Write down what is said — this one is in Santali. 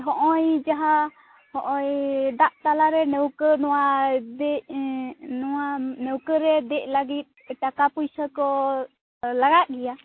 ᱱᱚᱜᱼᱚᱭ ᱡᱟᱦᱟᱸ ᱦᱚᱸᱜᱼᱚᱭ ᱫᱟᱜ ᱛᱟᱞᱟᱨᱮ ᱱᱟ ᱣᱠᱟ ᱱᱚᱣᱟ ᱫᱮᱜ ᱮᱸ ᱱᱚᱣᱟ ᱱᱟ ᱣᱠᱟ ᱨᱮ ᱫᱮᱡ ᱞᱟ ᱜᱤᱫ ᱴᱟᱠᱟ ᱯᱩᱭᱥᱟᱹ ᱠᱚ ᱞᱟᱜᱟᱜ ᱜᱮᱭᱟ